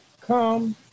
Come